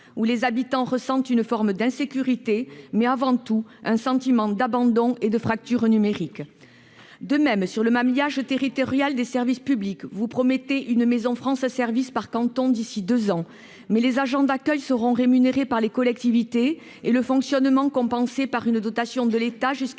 où les habitants ressentent une forme d'insécurité, mais avant tout un sentiment d'abandon et de fracture numérique. De même, sur le maillage territorial des services publics, vous promettez une maison France services par canton d'ici à deux ans, mais les agents d'accueil seront rémunérés par les collectivités et le fonctionnement sera compensé par une dotation de l'État jusqu'à